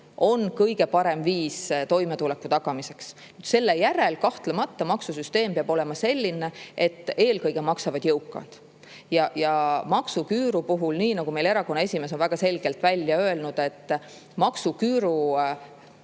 on kõige parem viis toimetuleku tagamiseks. Selle järel, kahtlemata, peab maksusüsteem olema selline, et eelkõige maksavad jõukad. Nii nagu meie erakonna esimees on väga selgelt välja öelnud, maksuküüru